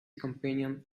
companion